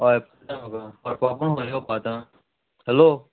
हय कळ्ळें म्हाका प्रोपर खंय येवपा आतां हॅलो